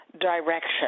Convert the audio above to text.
direction